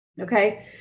Okay